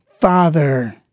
Father